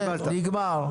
נגמר.